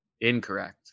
Incorrect